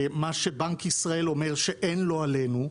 מה שבנק ישראל אומר שאין לו עלינו,